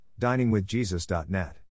DiningWithJesus.net